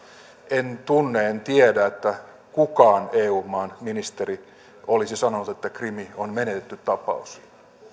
en tunne en tiedä että kukaan eu maan ministeri olisi sanonut että krim on menetetty tapaus